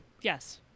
Yes